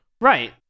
Right